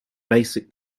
basic